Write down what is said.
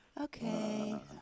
Okay